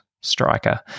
striker